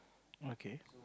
okay